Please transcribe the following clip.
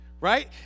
right